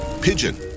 Pigeon